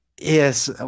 Yes